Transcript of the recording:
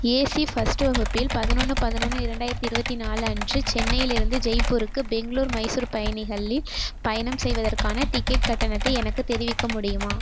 AC first வகுப்பில் பதனொன்று பதனொன்று இரண்டாயிரத்தி இருபத்தி நாலு அன்று சென்னையிலிருந்து ஜெய்ப்பூர்க்கு பெங்களூர் மைசூர் பயணிகளில் பயணம் செய்வதற்கான டிக்கெட் கட்டணத்தை எனக்குத் தெரிவிக்க முடியுமா